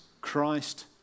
Christ